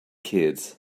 kids